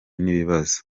n’ibibazo